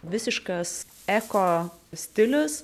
visiškas eko stilius